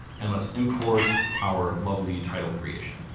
and let's import our lovely title creation.